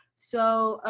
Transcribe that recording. so